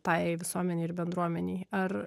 tai visuomenei ir bendruomenei ar